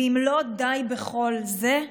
ואם לא די בכל זה,